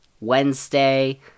Wednesday